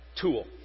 tool